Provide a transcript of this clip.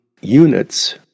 units